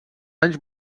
anys